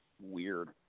weird